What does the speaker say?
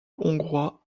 hongrois